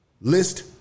List